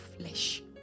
flesh